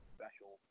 special